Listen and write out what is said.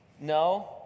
no